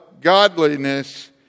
godliness